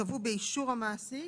ייקבעו באישור המעסיק,